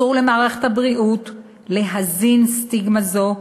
אסור למערכת הבריאות להזין סטיגמה זו,